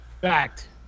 Fact